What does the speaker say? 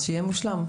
אז שיהיה מושלם.